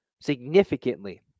significantly